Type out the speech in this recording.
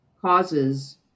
causes